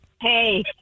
Hey